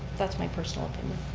that's my personal opinion.